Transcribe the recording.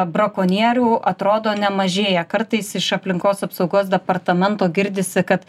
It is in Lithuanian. brakonierių atrodo nemažėja kartais iš aplinkos apsaugos departamento girdisi kad